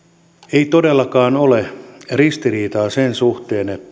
ei todellakaan ole ristiriitaa sen suhteen